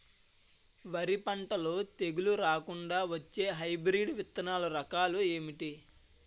వరి పంటలో తెగుళ్లు రాకుండ వచ్చే హైబ్రిడ్ విత్తనాలు రకాలు ఏంటి?